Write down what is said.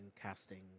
casting